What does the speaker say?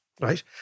right